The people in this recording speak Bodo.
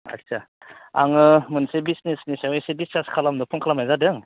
आत्सा आङो मोनसे बिजिनेसनि सायाव असे डिसकास खालामनो फन खालामनाय जादों